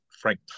Frank